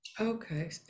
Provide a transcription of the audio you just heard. Okay